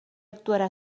actuarà